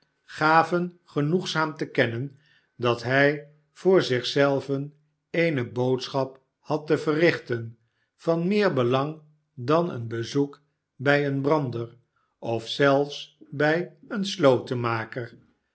gaven genoegzaam te kennen dat hij voor zich zelven eene boodschap had te verrichten van meer belang dan een bezoek bij een brander of zelfs bij een slotenmaker